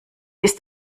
ist